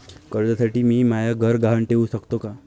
कर्जसाठी मी म्हाय घर गहान ठेवू सकतो का